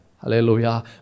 Hallelujah